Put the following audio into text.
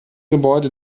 gebäude